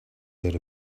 heard